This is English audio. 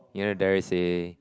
you know there's a